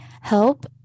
help